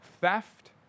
theft